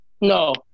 No